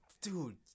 Dude